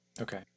Okay